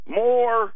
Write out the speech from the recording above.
more